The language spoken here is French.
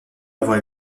avoir